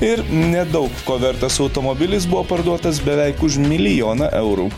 ir nedaug ko vertas automobilis buvo parduotas beveik už milijoną eurų